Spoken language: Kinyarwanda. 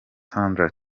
sandra